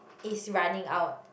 is running out